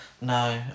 No